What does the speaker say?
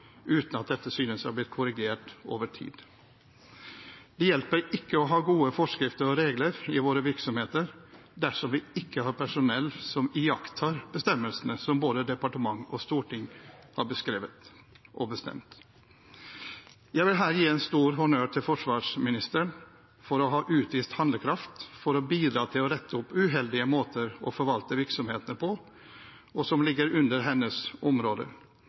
uten at dette synes å ha blitt korrigert over tid. Det hjelper ikke å ha gode forskrifter og regler i våre virksomheter dersom vi ikke har personell som iakttar bestemmelsene som både departement og storting har beskrevet og bestemt. Jeg vil her gi en stor honnør til forsvarsministeren for å ha utvist handlekraft for å bidra til å rette opp uheldige måter å forvalte de virksomhetene på som ligger under hennes